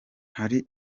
hari